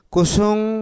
Kusung